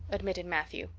admitted matthew.